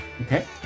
okay